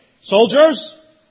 soldiers